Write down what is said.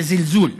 בזלזול,